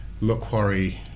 Macquarie